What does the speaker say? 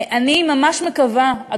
אני ממש מקווה,